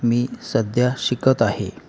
मी सध्या शिकत आहे